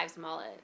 mullet